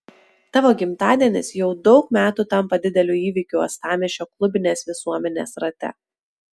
tavo gimtadienis jau daug metų tampa dideliu įvykiu uostamiesčio klubinės visuomenės rate